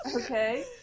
Okay